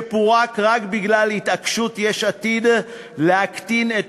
שפורק רק בגלל התעקשות יש עתיד להקטין את